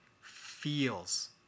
feels